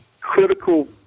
critical